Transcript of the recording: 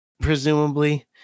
presumably